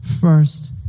first